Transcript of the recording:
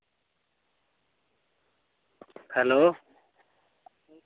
hello